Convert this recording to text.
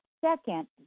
second